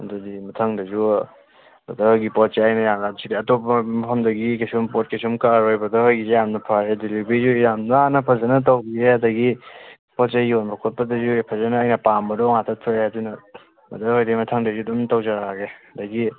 ꯑꯗꯨꯗꯤ ꯃꯊꯪꯗꯁꯨ ꯕ꯭ꯔꯗꯔ ꯍꯣꯏꯒꯤ ꯄꯣꯠꯁꯦ ꯑꯩꯅ ꯌꯥꯝꯅ ꯁꯤꯗ ꯑꯇꯣꯞꯄ ꯃꯐꯝꯗꯒꯤ ꯀꯩꯁꯨꯝ ꯄꯣꯠ ꯀꯩꯁꯨꯝ ꯀꯛꯑꯔꯣꯏ ꯕ꯭ꯔꯗꯔ ꯍꯣꯏꯒꯤꯁꯦ ꯌꯥꯝꯅ ꯐꯔꯦ ꯗꯦꯂꯤꯕꯔꯤꯁꯨ ꯌꯥꯝ ꯅꯥꯟꯅ ꯐꯖꯅ ꯇꯧꯕꯤꯔꯦ ꯑꯗꯒꯤ ꯄꯣꯠ ꯆꯩ ꯌꯣꯟꯕ ꯈꯣꯠꯄꯗꯁꯨ ꯐꯖꯅ ꯑꯩꯅ ꯄꯥꯝꯕꯗꯣ ꯉꯥꯛꯇ ꯊꯣꯛꯑꯦ ꯑꯗꯨꯅ ꯕ꯭ꯔꯗꯔ ꯍꯣꯏꯗꯒꯤ ꯃꯊꯪꯗꯁꯨ ꯑꯗꯨꯝ ꯇꯧꯖꯔꯛꯑꯒꯦ ꯑꯗꯒꯤ